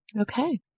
okay